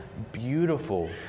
Beautiful